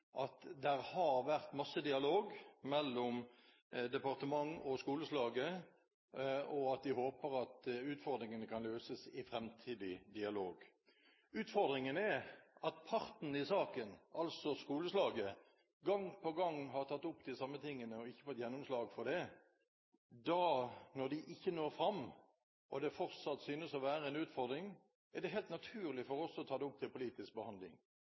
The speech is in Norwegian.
dialog. Utfordringen er at parten i saken, altså skoleslaget, gang på gang har tatt opp de samme tingene, men ikke fått gjennomslag for det. Når de ikke når fram og det fortsatt synes å være en utfordring, er det helt naturlig for oss å ta det opp til politisk behandling.